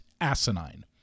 asinine